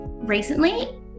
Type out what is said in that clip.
recently